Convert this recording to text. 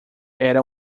era